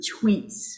tweets